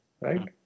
right